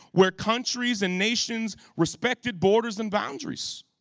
where countries and nations respected borders and boundaries.